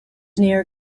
near